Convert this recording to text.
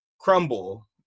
crumble